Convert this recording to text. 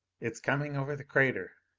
it's coming over the crater.